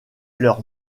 leur